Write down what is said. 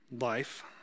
life